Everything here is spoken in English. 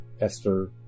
Esther